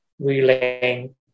relaying